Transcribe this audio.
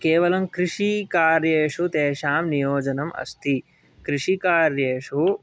केवलं कृषिकार्येषु तेषां नियोजनम् अस्ति कृषिकार्येषु